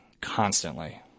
constantly